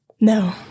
No